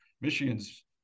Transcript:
Michigan's